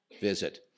visit